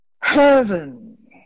heaven